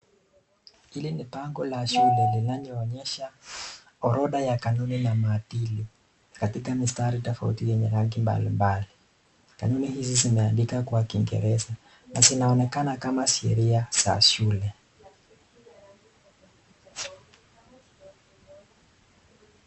Hili ni bango la shule linaloonyesha orodha ya kanuni na maadili katika mistari tofauti yenye rangi mbalimbali. Kanuni hizi zimeandika kwa kiingereza na zinaonekana kama sheria za shule.